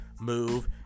move